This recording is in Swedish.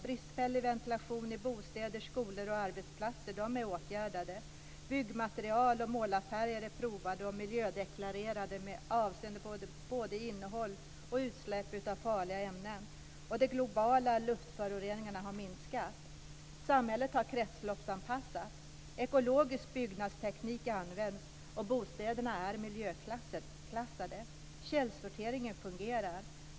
Bristfällig ventilation i bostäder, skolor och på arbetsplatser är åtgärdad. Byggmaterial och målarfärger är provade och miljödeklarerade med avseende på innehåll och utsläpp av farliga ämnen. De globala luftföroreningarna har minskat. Samhället har kretsloppsanpassats. Ekologisk byggnadsteknik används. Bostäderna är miljöklassade. Källsorteringen fungerar.